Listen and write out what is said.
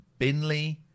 Binley